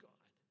God